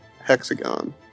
hexagon